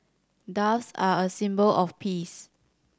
doves are a symbol of peace